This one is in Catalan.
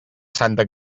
santa